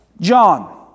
John